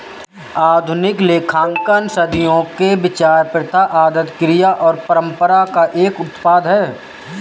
आधुनिक लेखांकन सदियों के विचार, प्रथा, आदत, क्रिया और परंपरा का एक उत्पाद है